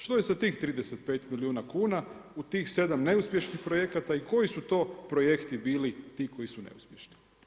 Što je sa tih 35 milijuna kuna u tih 7 neuspješnih projekata i koji su to projekti bili ti koji su neuspješni?